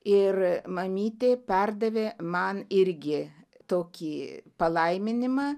ir mamytė perdavė man irgi tokį palaiminimą